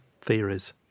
theories